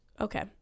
okay